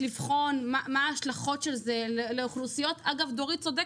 זה נכון שהעמלה היא בגובה מסוים.